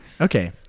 Okay